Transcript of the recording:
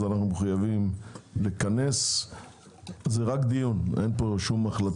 אנחנו חייבים לכנס את הדיון וזה רק דיון ללא החלטות.